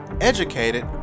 educated